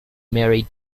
marry